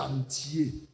entier